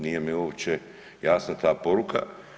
Nije mi uopće jasna ta poruka.